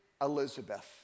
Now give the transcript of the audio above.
Elizabeth